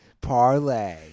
parlay